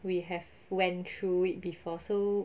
we have went through it before so